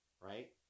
Right